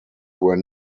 were